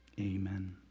amen